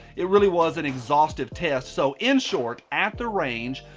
it really was an exhaustive test. so in short, at the range,